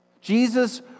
Jesus